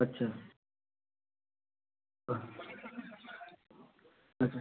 अच्छा अच्छा